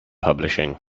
publishing